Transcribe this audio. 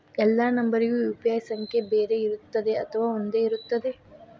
ಎಲ್ಲಾ ನಂಬರಿಗೂ ಯು.ಪಿ.ಐ ಸಂಖ್ಯೆ ಬೇರೆ ಇರುತ್ತದೆ ಅಥವಾ ಒಂದೇ ಇರುತ್ತದೆ?